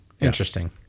Interesting